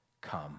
come